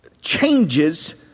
changes